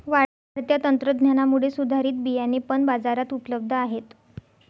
वाढत्या तंत्रज्ञानामुळे सुधारित बियाणे पण बाजारात उपलब्ध आहेत